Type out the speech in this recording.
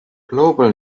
global